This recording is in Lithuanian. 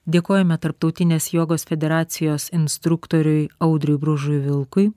dėkojame tarptautinės jogos federacijos instruktoriui audriui bružui vilkui